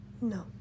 No